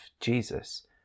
Jesus